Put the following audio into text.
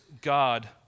God